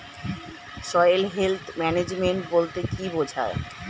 Soil health management বলতে কি বুঝায়?